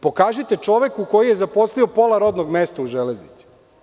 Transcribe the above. Pokažite čoveku koji je zaposlio pola rodnog mesta u „Železnici“